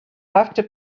after